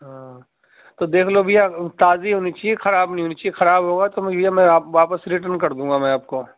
ہاں تو دیکھ لو بھیا تازی ہونی چاہیے خراب نہیں ہونی چاہیے خراب ہوگا تو بھیا میں آپ واپس ریٹن کر دوں گا میں آپ کو